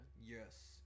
Yes